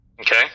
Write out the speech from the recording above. okay